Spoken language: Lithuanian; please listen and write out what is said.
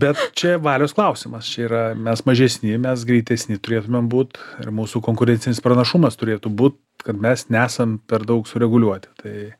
bet čia valios klausimas čia yra mes mažesni mes greitesni turėtumėm būt ir mūsų konkurencinis pranašumas turėtų būt kad mes nesam per daug sureguliuoti tai